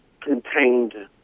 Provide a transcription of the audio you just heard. contained